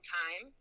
time